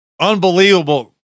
Unbelievable